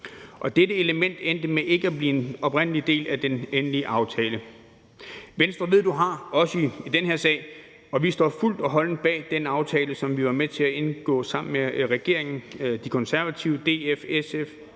oprindelige element endte med ikke at blive en del af den endelige aftale. »Venstre ved du hvor du har« – også i den her sag, og vi står helt og holdent bag den aftale, som vi var med til at indgå sammen med regeringen, De Konservative, Dansk